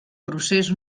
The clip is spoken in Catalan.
procés